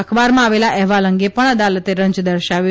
અખબારમાં આવેલા અહેવાલ અંગે પણ અદાલતે રંજ દર્શાવ્યો